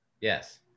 Yes